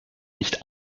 nicht